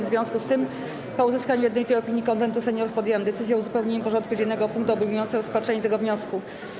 W związku z tym, po uzyskaniu jednolitej opinii Konwentu Seniorów, podjęłam decyzję o uzupełnieniu porządku dziennego o punkt obejmujący rozpatrzenie tego wniosku.